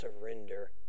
surrender